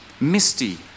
misty